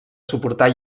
suportar